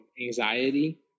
anxiety